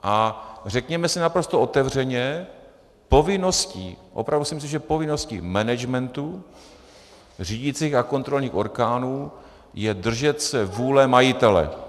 A řekněme si naprosto otevřeně, povinností, opravdu si myslím, že povinností managementu, řídících a kontrolních orgánů je držet se vůle majitele.